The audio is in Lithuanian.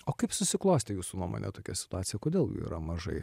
o kaip susiklostė jūsų nuomone tokia situacija kodėl jų yra mažai